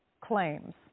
claims